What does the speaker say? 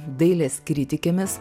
dailės kritikėmis